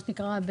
מה שנקרא,